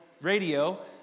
radio